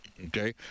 Okay